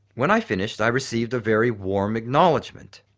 when i finished i received a very warm acknowledgement.